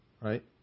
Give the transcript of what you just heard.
right